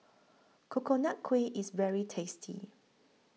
Coconut Kuih IS very tasty